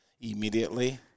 immediately